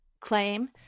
claim